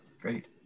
great